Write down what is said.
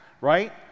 right